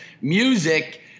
music